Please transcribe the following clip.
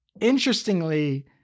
interestingly